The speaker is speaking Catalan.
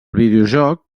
videojoc